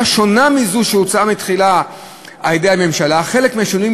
שונה מזו שהוצעה מלכתחילה על-ידי הממשלה.